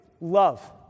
Love